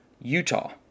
Utah